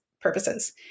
purposes